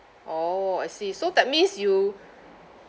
orh I see so that means you